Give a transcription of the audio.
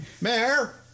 Mayor